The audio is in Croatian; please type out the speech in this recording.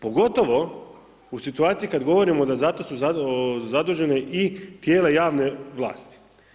Pogotovo u situaciji kada govorimo da zato su zadužene i tijela javne vlasti.